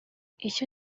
icyo